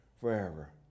forever